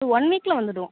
one வீக்கில் வந்துவிடும்